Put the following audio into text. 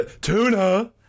tuna